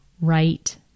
right